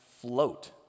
float